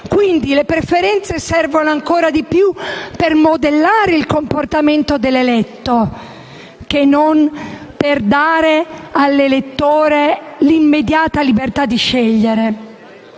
Quindi, le preferenze servono ancora di più per modellare il comportamento dell'eletto che non per dare all'elettore l'immediata libertà di scegliere.